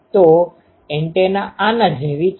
તો એન્ટેના આના જેવી છે